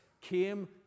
came